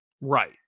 Right